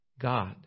God